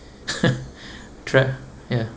trap ya